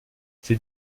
ces